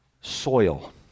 soil